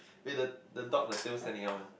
wait the the dog the tail standing up one